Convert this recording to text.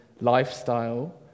lifestyle